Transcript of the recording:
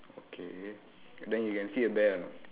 okay then you can see a bear or not